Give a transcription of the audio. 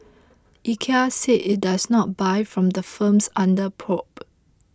IKEA said it does not buy from the firms under probe